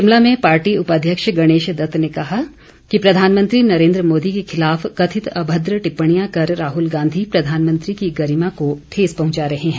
शिमला में पार्टी उपाध्यक्ष गणेश दत्त ने कहा कि प्रधानमंत्री नरेन्द्र मोदी के खिलाफ कथित अभद्र टिप्पणियां कर राहुल गांधी प्रधानमंत्री की गरिमा को ठेस पहुंचा रहे हैं